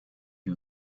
you